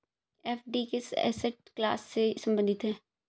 FD किस asset class से संबंधित है?